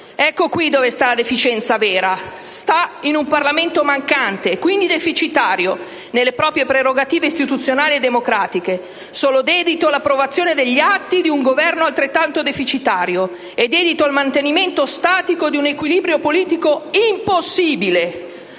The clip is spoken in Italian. Ecco qui dove sta la deficienza vera: sta in un Parlamento mancante e quindi deficitario nelle proprie prerogative istituzionali e democratiche, solo dedito all'approvazione degli atti di un Governo altrettanto deficitario e dedito al mantenimento statico di un equilibrio politico im-pos-si-bi-le,